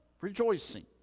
rejoicing